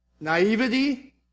naivety